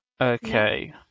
Okay